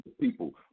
people